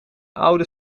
oude